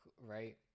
right